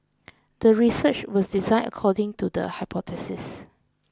the research was designed according to the hypothesis